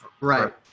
Right